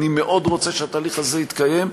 אני מאוד רוצה שהתהליך הזה יתקיים,